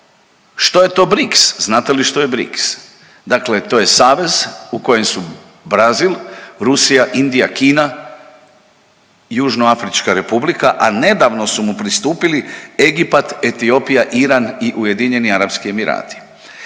što je to BRICS? Znate li što je BRICS? Dakle, to je savez u kojem su Brazil, Rusija, Indija, Kina, Južnoafrička Republika, a nedavno su mu pristupili Egipat, Etiopija, Iran i Ujedinjeni Arapski Emirati.